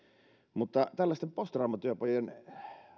mutta tällaisten posttraumatyöpajojen